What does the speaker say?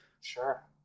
Sure